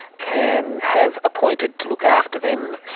can have appointed to look after them,